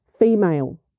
Female